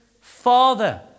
Father